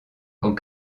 quand